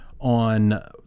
on